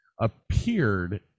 appeared